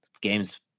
games